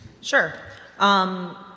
Sure